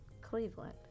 Cleveland